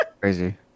crazy